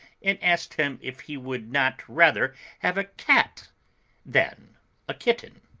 and asked him if he would not rather have a cat than a kitten.